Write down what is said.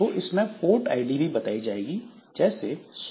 तो इसमें port ID भी बताई जाएगी जैसे 100